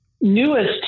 newest